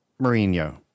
Mourinho